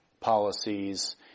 policies